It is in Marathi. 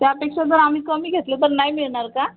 त्यापेक्षा जर आम्ही कमी घेतलं तर नाही मिळणार का